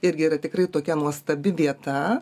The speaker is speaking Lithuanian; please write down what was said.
irgi yra tikrai tokia nuostabi vieta